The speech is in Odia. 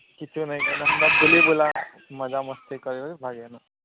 କିଛି ନାଇଁ ଗଲା ହେନ୍ତା ବୁଲି ବୁଲା ମଜା ମସ୍ତି କରି ବାହାରି ଆଇଁଲୁ